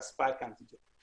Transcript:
את הספייק אנטיגן.